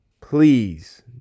please